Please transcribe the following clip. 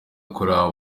akorera